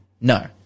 No